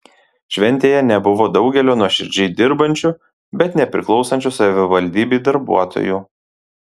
šventėje nebuvo daugelio nuoširdžiai dirbančių bet nepriklausančių savivaldybei darbuotojų